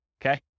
Okay